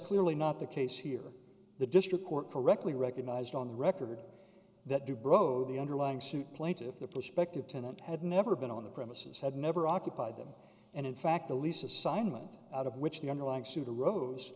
clearly not the case here the district court correctly recognized on the record that dobro the underlying suit plaintiff the prospective tenant had never been on the premises had never occupied them and in fact the lease assignment out of which the underlying issue the rose